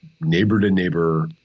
neighbor-to-neighbor